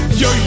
yo